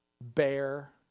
Bear